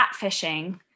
catfishing